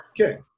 Okay